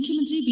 ಮುಖ್ಯಮಂತ್ರಿ ಬಿ